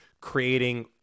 creating